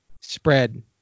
spread